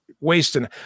wasting